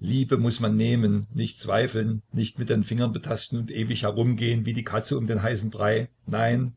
liebe muß man nehmen nicht zweifeln nicht mit den fingern betasten und ewig herumgehen wie die katz um den heißen brei nein